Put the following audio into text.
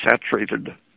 saturated